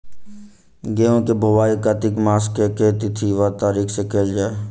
गेंहूँ केँ बोवाई कातिक मास केँ के तिथि वा तारीक सँ कैल जाए?